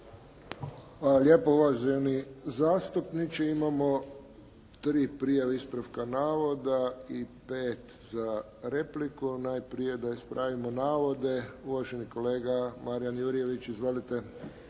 lijepo uvaženi zastupniče. Imamo tri prijave ispravka navoda i pet za repliku. Najprije da ispravimo navode. Uvaženi kolega Marjan Jurjević, izvolite.